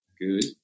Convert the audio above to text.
Good